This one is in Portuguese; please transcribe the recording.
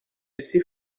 esse